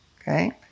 Okay